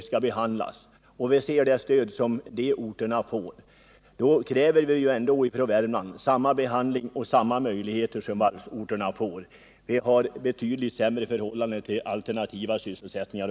Vii Värmland kräver helt enkelt att vårt län får samma möjligheter som varvsorterna nu föreslås få. Jag vill i sammanhanget framhålla att vi har betydligt sämre möjligheter till alternativa sysselsättningar.